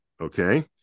okay